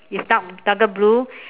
is dark darker blue